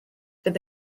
bod